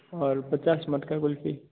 और पचास मटका कुल्फ़ी